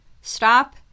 stop